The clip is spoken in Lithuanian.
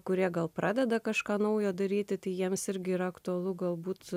kurie gal pradeda kažką naujo daryti tai jiems irgi yra aktualu galbūt